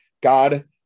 God